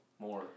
more